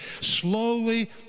slowly